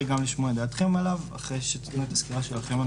לשמוע את דעתכם עליו אחרי שתיתנו את הסקירה שלכם,